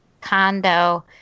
condo